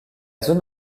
zone